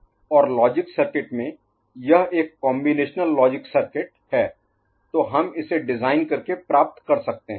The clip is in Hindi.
D TQn' T'Qn और लॉजिक सर्किट में यह एक कॉम्बिनेशनल लॉजिक सर्किट है तो हम इसे डिजाइन करके प्राप्त कर सकते हैं